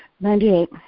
Ninety-eight